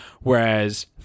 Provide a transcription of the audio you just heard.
Whereas